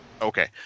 Okay